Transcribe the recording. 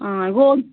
گوٚو